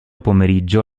pomeriggio